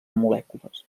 molècules